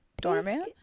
doorman